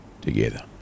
together